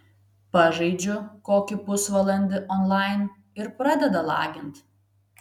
pažaidžiu kokį pusvalandi onlain ir pradeda lagint